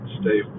stay